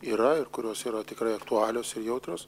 yra ir kurios yra tikrai aktualios ir jautrios